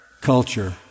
culture